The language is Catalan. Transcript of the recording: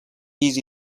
pis